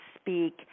speak